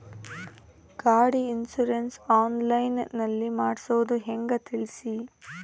ಗಾಡಿ insurance online ನಲ್ಲಿ ಮಾಡ್ಸೋದು ಹೆಂಗ ತಿಳಿಸಿ?